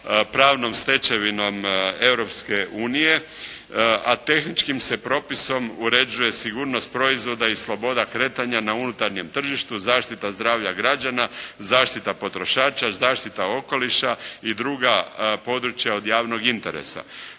pravnom stečevinom Europske unije, a tehničkim se propisom uređuje sigurnost proizvoda i sloboda kretanja na unutarnjem tržištu, zaštita zdravlja građana, zaštita potrošača, zaštita okoliša i druga područja od javnog interesa.